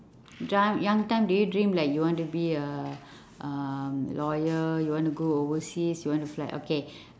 young time did you dream like you want to be a um lawyer you want to go overseas you want to fly okay